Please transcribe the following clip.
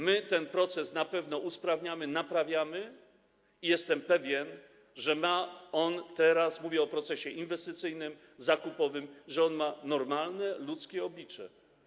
My ten proces na pewno usprawniamy i naprawiamy i jestem pewien, że ma on teraz - mówię o procesie inwestycyjnym, zakupowym - normalne, ludzkie oblicze.